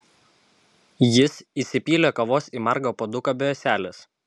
jis įsipylė kavos į margą puoduką be ąselės